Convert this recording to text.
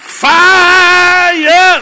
fire